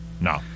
No